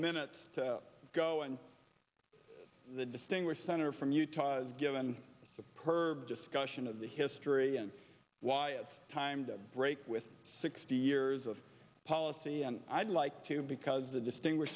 minutes to go and the distinguished senator from utah has given us a perve discussion of the history and why it's time to break with sixty years of policy and i'd like to because the distinguish